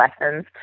lessons